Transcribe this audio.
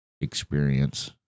experience